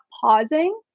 pausing